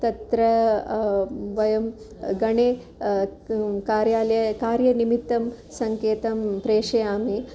तत्र वयं गणे कार्यालयं कार्यनिमित्तं सङ्केतं प्रेषयामि